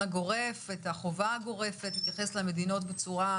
הגורף, את החובה הגורפת להתייחס למדינות בצורה